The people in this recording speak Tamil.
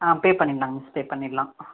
ஆ பே பண்ணிடலாங்க மிஸ் பே பண்ணிடலாம்